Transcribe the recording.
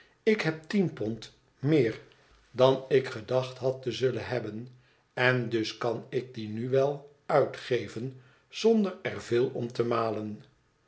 ik heb tien pond meer dan ik gedacht had te zullen hebben en dus kan ik die nu wel uitgeven zonder er veel om te malen